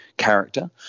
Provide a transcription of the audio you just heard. character